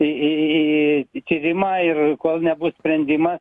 į į į į tyrimą ir kol nebus sprendimą